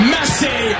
Messi